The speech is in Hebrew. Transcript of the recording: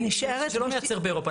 יש מישהו שלא מייצר באירופה,